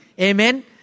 Amen